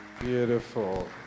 Beautiful